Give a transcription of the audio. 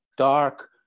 dark